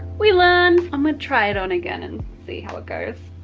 we learn! i'ma try it on again and see how it goes.